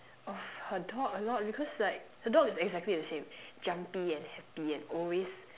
of her dog a lot because like her dog is exactly the same jumpy and happy and always